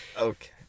Okay